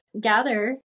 gather